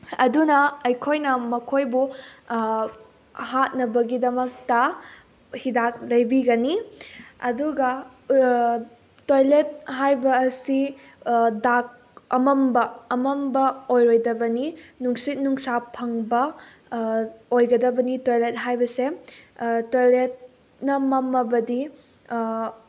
ꯑꯗꯨꯅ ꯑꯩꯈꯣꯏꯅ ꯃꯈꯣꯏꯕꯨ ꯍꯥꯠꯅꯕꯒꯤꯗꯃꯛꯇ ꯍꯤꯗꯥꯛ ꯂꯩꯕꯤꯒꯅꯤ ꯑꯗꯨꯒ ꯇꯣꯏꯂꯦꯠ ꯍꯥꯏꯕ ꯑꯁꯤ ꯗꯥꯔꯛ ꯑꯃꯝꯕ ꯑꯃꯝꯕ ꯑꯣꯏꯔꯣꯏꯗꯕꯅꯤ ꯅꯨꯡꯁꯤꯠ ꯅꯨꯡꯁꯥ ꯐꯪꯕ ꯑꯣꯏꯒꯗꯕꯅꯤ ꯇꯣꯏꯂꯦꯠ ꯍꯥꯏꯕꯁꯦ ꯇꯣꯏꯂꯦꯠꯅ ꯃꯝꯃꯕꯗꯤ